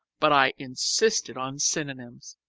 but i insisted on synonyms.